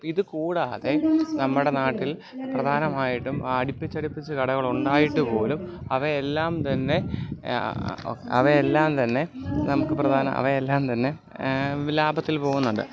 ഇത് കൂടാതെ നമ്മുടെ നാട്ടിൽ പ്രധാനമായിട്ടും അടുപ്പിച്ച് അടുപ്പിച്ച് കടകളുണ്ടായിട്ട് പോലും അവയെല്ലാം തന്നെ അവയെല്ലാം തന്നെ നമുക്ക് പ്രധാനമായി അവയെല്ലാം തന്നെ ലാഭത്തിൽ പോകുന്നുണ്ട്